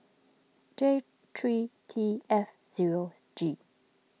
J three T F zero G